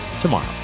tomorrow